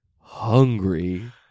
hungry